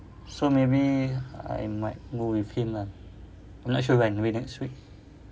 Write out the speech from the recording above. so maybe I might go with him lah I'm not sure when maybe next week